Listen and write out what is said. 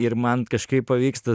ir man kažkaip pavyksta